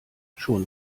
schon